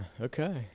Okay